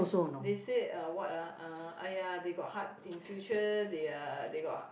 they said uh what ah uh !aiya! they got hard in future they are they got